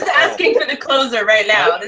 asking for the closer right now. this